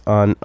on